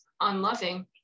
unloving